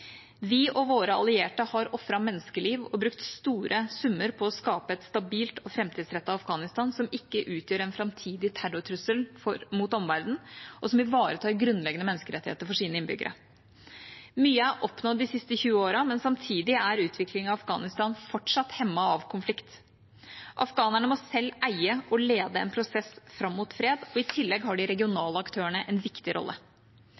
Vi og våre allierte har ofret menneskeliv og brukt store summer på å skape et stabilt og framtidsrettet Afghanistan som ikke utgjør en framtidig terrortrussel mot omverdenen, og som ivaretar grunnleggende menneskerettigheter for sine innbyggere. Mye er oppnådd de siste 20 årene, men samtidig er utviklingen i Afghanistan fortsatt hemmet av konflikt. Afghanerne må selv eie og lede en prosess fram mot fred. I tillegg har de regionale aktørene en viktig rolle.